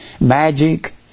magic